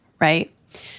Right